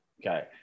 okay